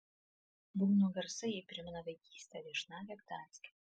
būgno garsai jai primena vaikystę viešnagę gdanske